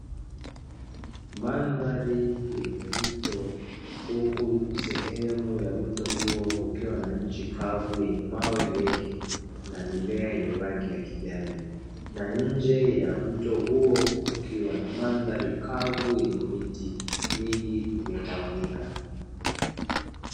Mandhari yenye mto, huku sehemu ya mto huo kukiwa na nchi kavu yenye mawe mengi, na mimea yenye rangi ya kijani. Na nje ya mto huo kukiwa na mandhari kavu yenye miti mingi iliyotawanyika.